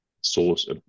source